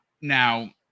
Now